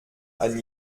ein